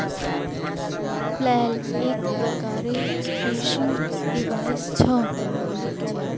flail एक प्रकारेर threshing device छ